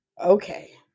Okay